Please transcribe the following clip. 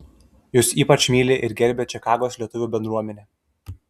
jus ypač myli ir gerbia čikagos lietuvių bendruomenė